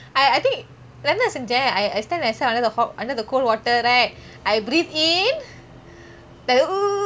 I think நான் என்ன தெரிமா செஞ்சேன்:naan enna therimaa senjen I I stand under the hot under the cold water right I breathe in then like that